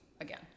again